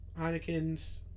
Heinekens